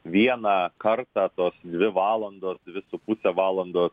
vieną kartą tos dvi valandos dvi su puse valandos